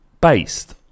based